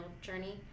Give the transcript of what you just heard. journey